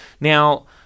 now